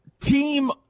team